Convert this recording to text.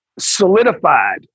solidified